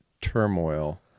turmoil –